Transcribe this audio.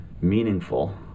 meaningful